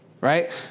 Right